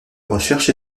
recherche